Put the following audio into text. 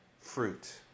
fruit